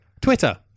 Twitter